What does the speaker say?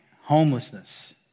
homelessness